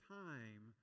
time